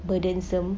burdensome